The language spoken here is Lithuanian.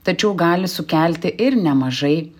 tačiau gali sukelti ir nemažai